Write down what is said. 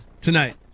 tonight